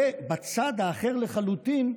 ובצד האחר לחלוטין,